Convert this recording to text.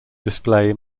display